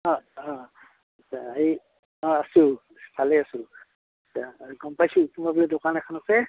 অঁ অঁ আচ্ছা এই অঁ আছো ভালেই আছো আচ্ছা গম পাইছোঁ তোমাৰ বোলে দোকান এখন আছে